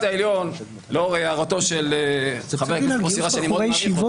לאור הערתו של מוסי רז בית המשפט העליון